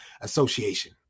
Association